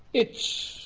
it's,